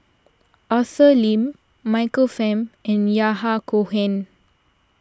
Arthur Lim Michael Fam and Yahya Cohen